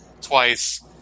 twice